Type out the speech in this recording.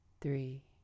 three